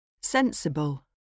Sensible